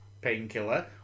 painkiller